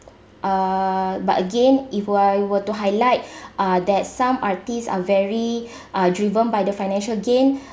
uh but again if were I were to highlight uh that some artists are very uh driven by the financial gain